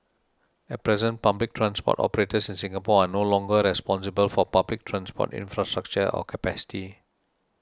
at present public transport operators in Singapore are no longer responsible for public transport infrastructure or capacity